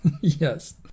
Yes